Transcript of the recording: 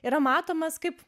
yra matomas kaip